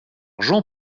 jean